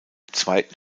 zweiten